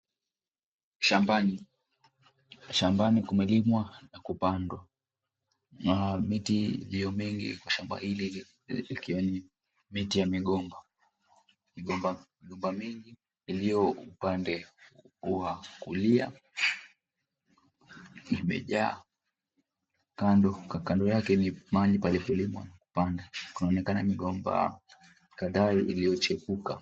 Shambani. Shambani kumelimwa na kupandwa na miti ndio mingi katika shamba hili, miti ya migomba mingi iliyo upande wa kulia pamejaa kando yake ni mahali palipolimwa na panaonekana migomba iliyochipuka.